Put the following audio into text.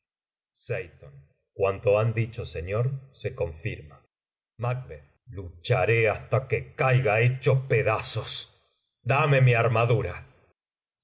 cuanto han dicho señor se confirma lucharé hasta que caiga hecho pedazos dame mi armadura